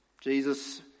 Jesus